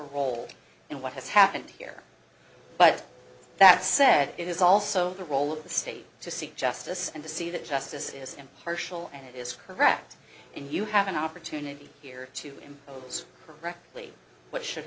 a role in what has happened here but that said it is also the role of the state to seek justice and to see that justice is impartial and is correct and you have an opportunity here to impose correctly what should